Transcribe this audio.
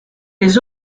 des